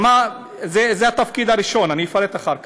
זה התפקיד הראשון, ואני אפרט אחר כך.